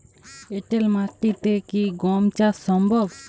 এঁটেল মাটিতে কি গম চাষ সম্ভব?